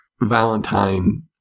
Valentine